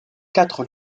quatre